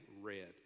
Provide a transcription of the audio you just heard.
read